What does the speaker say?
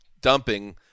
dumping